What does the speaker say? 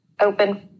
open